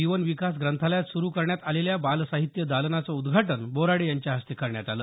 जीवन विकास ग्रंथालयात सुरू करण्यात आलेल्या बालसाहित्य दालनाचं उद्घाटन बोराडे यांच्या हस्ते करण्यात आलं